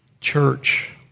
Church